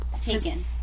taken